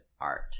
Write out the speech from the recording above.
art